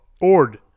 Ord